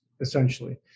essentially